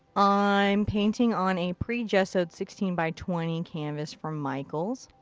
i'm painting on a pre-gessoed sixteen by twenty canvas from michael's.